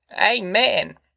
Amen